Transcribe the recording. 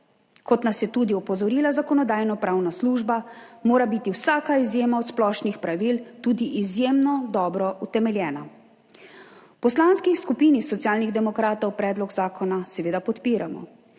kot nas je tudi opozorila Zakonodajno-pravna služba, mora biti vsaka izjema od splošnih pravil tudi izjemno dobro utemeljena. V Poslanski skupini Socialnih demokratov predlog zakona seveda podpiramo.